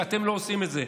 כי אתם לא עושים את זה.